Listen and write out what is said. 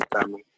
family